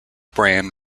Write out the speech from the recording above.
bran